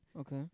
Okay